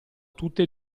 tutte